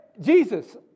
Jesus